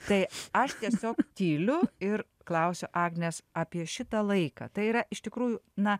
tai aš tiesiog tyliu ir klausiu agnės apie šitą laiką tai yra iš tikrųjų na